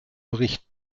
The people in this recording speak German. bericht